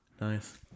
Nice